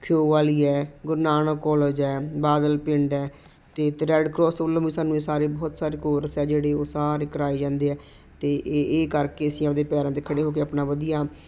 ਖਿਓ ਵਾਲੀ ਹੈ ਗੁਰੂ ਨਾਨਕ ਕੋਲਜ ਹੈ ਬਾਦਲ ਪਿੰਡ ਹੈ ਅਤੇ ਰੈਡ ਕ੍ਰੋਸ ਵੱਲੋਂ ਵੀ ਸਾਨੂੰ ਇਹ ਸਾਰੇ ਬਹੁਤ ਸਾਰੇ ਕੋਰਸ ਆ ਜਿਹੜੇ ਉਹ ਸਾਰੇ ਕਰਵਾਏ ਜਾਂਦੇ ਹੈ ਅਤੇ ਇਹ ਕਰਕੇ ਅਸੀਂ ਆਪਣੇ ਪੈਰਾਂ 'ਤੇ ਖੜੇ ਹੋ ਕੇ ਆਪਣਾ ਵਧੀਆ